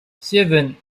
seven